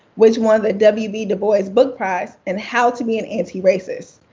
which won the w e b. du bois book prize and how to be an antiracist.